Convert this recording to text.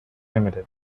limited